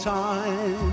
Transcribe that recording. time